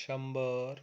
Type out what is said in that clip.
शंभर